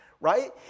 right